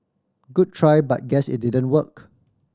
good try but guess it didn't work